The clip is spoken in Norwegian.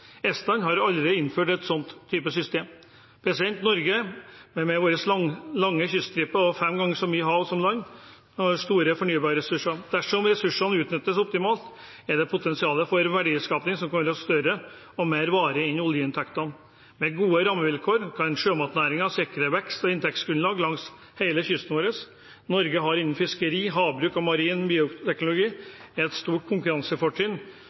Estland har allerede innført en slik type system. Norge, med sin lange kyststripe og fem ganger så mye hav som land, har store fornybarressurser. Dersom ressursene utnyttes optimalt, er det potensial for en verdiskaping som kan være større og mer varig enn oljeinntektene. Med gode rammevilkår kan sjømatnæringen sikre vekst og inntektsgrunnlag langs hele kysten vår. Norge har innen fiskeri, havbruk og marin bioteknologi et stort konkurransefortrinn